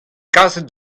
kaset